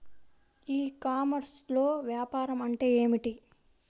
ఈ కామర్స్లో వ్యాపారం అంటే ఏమిటి?